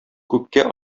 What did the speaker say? күккә